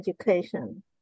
education